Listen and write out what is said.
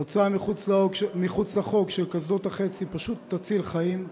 הוצאה מחוץ לחוק של קסדות החצי פשוט תציל חיים,